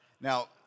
Now